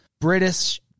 British